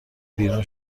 بیرون